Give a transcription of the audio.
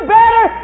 better